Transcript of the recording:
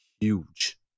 huge